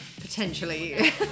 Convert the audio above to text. Potentially